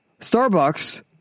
Starbucks